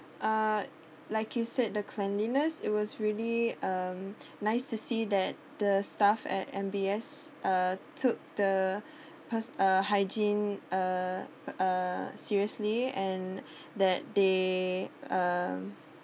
uh like you said the cleanliness it was really uh nice to see that the staff at M_B_S uh took the pers~ uh hygiene uh uh seriously and that they uh